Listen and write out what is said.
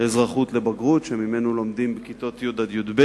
"אזרחות לבגרות", שממנו לומדים בכיתות י' י"ב.